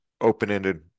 open-ended